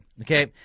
okay